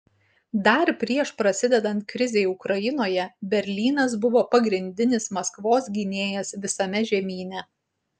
dar prieš prasidedant krizei ukrainoje berlynas buvo pagrindinis maskvos gynėjas visame žemyne